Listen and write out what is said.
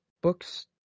books